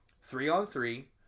three-on-three